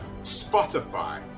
Spotify